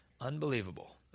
Unbelievable